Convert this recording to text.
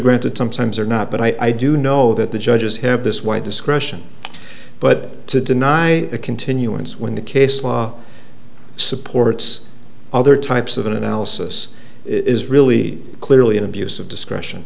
granted sometimes or not but i do know that the judges have this wide discretion but to deny a continuance when the case law supports other types of analysis is really clearly an abuse of discretion